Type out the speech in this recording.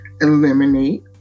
eliminate